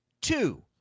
Two